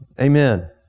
Amen